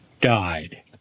died